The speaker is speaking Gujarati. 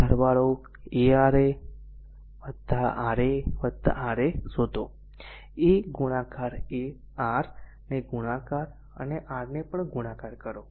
સરવાળો a a R a R a a શોધો a ગુણાકાર R ને ગુણાકાર અને R ને પણ ગુણાકાર કરો